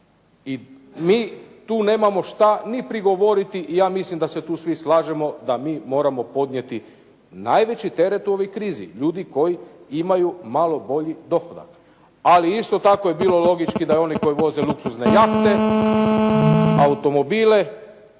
I mi tu nemamo šta ni prigovoriti i ja mislim da se tu svi slažemo da mi moramo podnijeti najveći teret u ovoj krizi, ljudi koji imaju malo bolji dohodak. Ali isto tako je bilo logički da oni koji voze luksuzne jahte, automobile,